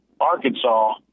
Arkansas